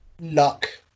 luck